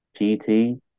GT